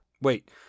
Wait